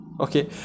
okay